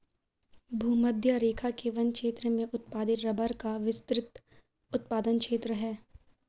भूमध्यरेखा के वन क्षेत्र में उत्पादित रबर का विस्तृत उत्पादन क्षेत्र है